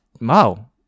Wow